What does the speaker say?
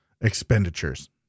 expenditures